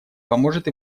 поможет